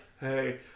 hey